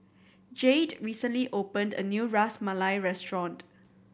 Jayde recently opened a new Ras Malai restaurant